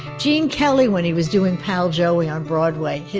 gene kelly, when he was doing pal joey on broadway.